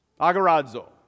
agarazzo